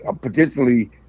Potentially